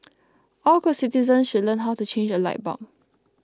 all good citizens should learn how to change a light bulb